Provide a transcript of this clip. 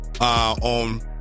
On